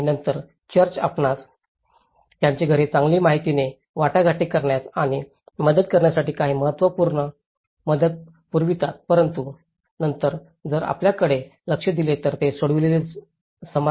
आणि नंतर चर्च आपणास त्यांची घरे चांगली माहितीने वाटाघाटी करण्यास आणि मदत करण्यासाठी काही महत्त्वपूर्ण मदत पुरवितात परंतु नंतर जर आपण त्याकडे लक्ष दिले तर ते सोडविलेले समाज नाही